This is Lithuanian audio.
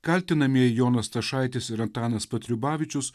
kaltinamieji jonas stašaitis ir antanas patriubavičius